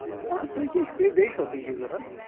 آ تُہۍ کیٛاہ چھُ بیٚیہِ بیٚیہِ چھُوا تۅہہِ کیٚنٛہہ ضروٗرت